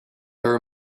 her